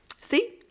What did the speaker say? See